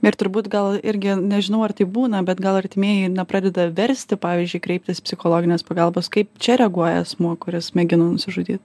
ir turbūt gal irgi nežinau ar taip būna bet gal artimieji na pradeda versti pavyzdžiui kreiptis psichologinės pagalbos kaip čia reaguoja asmuo kuris mėgino nusižudyt